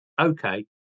okay